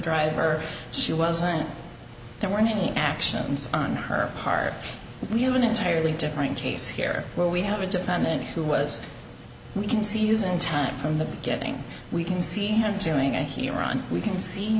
driver she wasn't there weren't any actions on her part we have an entirely different case here where we have a defendant who was we can see using time from the beginning we can see him showing up here on we can see